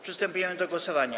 Przystępujemy do głosowania.